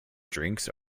drinks